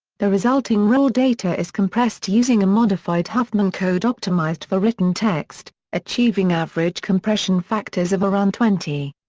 the resulting raw data is compressed using a modified huffman code optimized for written text, achieving average compression factors of around twenty.